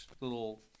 little